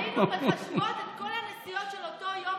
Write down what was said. היינו מחשבות את כל הנסיעות של אותו יום